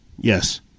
yes